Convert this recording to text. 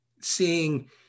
seeing